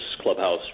clubhouse